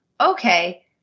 okay